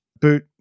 Boot